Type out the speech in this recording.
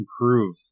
improve